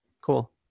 Cool